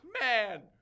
man